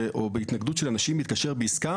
או בהתנגדות של אנשים להתקשר בעסקה